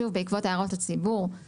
שוב בעקבות הערות הציבור,